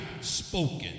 spoken